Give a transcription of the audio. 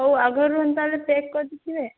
ହଉ ଆଗରୁ ତା'ହେଲେ ଚେକ୍ କରିଥିବେ